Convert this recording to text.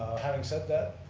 having said that,